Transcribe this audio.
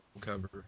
cover